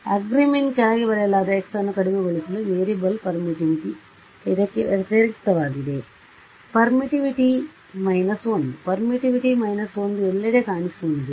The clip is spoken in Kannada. ಆರ್ಗ್ಮಿನ್ ಕೆಳಗೆ ಬರೆಯಲಾದ x ಅನ್ನು ಕಡಿಮೆಗೊಳಿಸುವ ವೇರಿಯಬಲ್ ಪರ್ಮಿಟಿವಿಟಿ ಇದಕ್ಕೆ ವ್ಯತಿರಿಕ್ತವಾಗಿದೆ ಪರ್ಮಿಟಿವಿಟಿ ಮೈನಸ್ 1 ಪರ್ಮಿಟಿವಿಟಿ ಮೈನಸ್ 1 ಎಲ್ಲೆಡೆ ಕಾಣಿಸಿಕೊಂಡಿದೆ